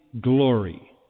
glory